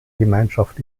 gemeinschaft